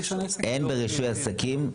ברישוי עסקים,